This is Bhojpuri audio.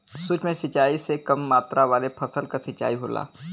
सूक्ष्म सिंचाई से कम मात्रा वाले फसल क सिंचाई होला